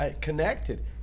connected